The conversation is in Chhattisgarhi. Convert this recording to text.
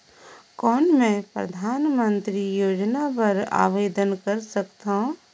कौन मैं परधानमंतरी योजना बर आवेदन कर सकथव?